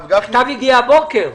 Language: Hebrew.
הוא הגיע הבוקר.